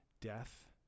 death